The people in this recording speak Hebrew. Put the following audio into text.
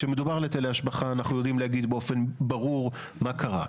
כשמדובר על היטלי השבחה אנחנו יודעים להגיד באופן ברור מה קרה.